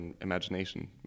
imagination